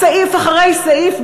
סעיף אחרי סעיף,